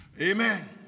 Amen